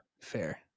Fair